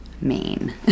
Maine